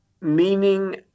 meaning